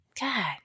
God